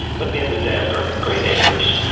but the other day i've got great neighbors.